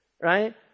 Right